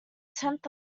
tenth